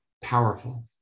powerful